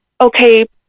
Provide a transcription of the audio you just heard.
okay